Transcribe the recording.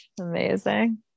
Amazing